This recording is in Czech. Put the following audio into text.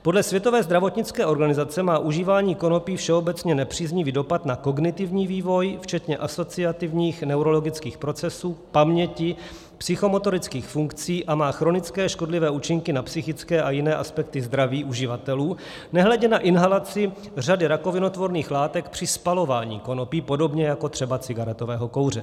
Podle Světové zdravotnické organizace má užívání konopí všeobecně nepříznivý dopad na kognitivní vývoj, včetně asociativních neurologických procesů, paměti, psychomotorických funkcí, a má chronické škodlivé účinky na psychické a jiné aspekty zdraví uživatelů, nehledě na inhalaci řady rakovinotvorných látek při spalování konopí, podobně jako třeba cigaretového kouře.